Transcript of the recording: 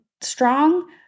strong